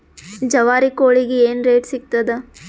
ಜವಾರಿ ಕೋಳಿಗಿ ಏನ್ ರೇಟ್ ಸಿಗ್ತದ?